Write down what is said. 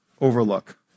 overlook